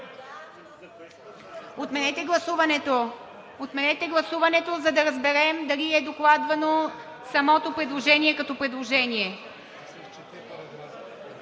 Отменете гласуването, за да разберем дали е докладвано самото предложение. (Уточнения